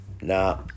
nah